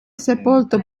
sepolto